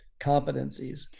competencies